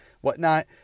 whatnot